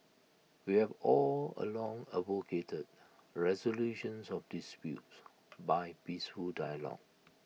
we have all along advocated resolutions of disputes by peaceful dialogue